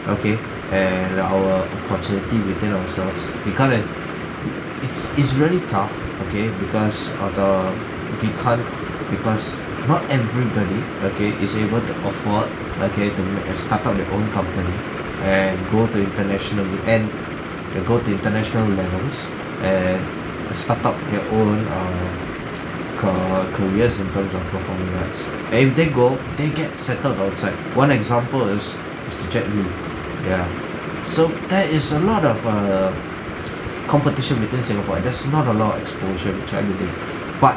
okay and our opportunity within ourselves we can't ac~ it it's it's very tough okay because of the we can't because not everybody okay is able to afford okay to uh start up your company and go to international and uh go to international levels and start up your own err ca~ careers in terms of performing arts every time go then you get settled outside one example is mister jack neo ya so there is a lot of err competition between singapore and there's not a lot of exposure which I believe but